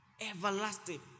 Everlasting